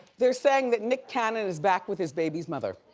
they're saying that nick cannon is back with his baby's mother.